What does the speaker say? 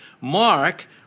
Mark